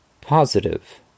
Positive